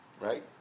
Right